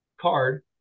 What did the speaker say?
card